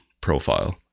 profile